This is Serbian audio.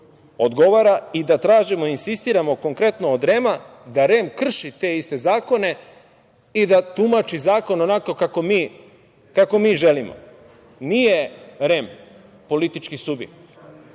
odgovara i da tražimo i insistiramo konkretno od REM-a da REM krši te iste zakone i da tumači zakon onako kako mi želimo. Nije REM politički subjekt,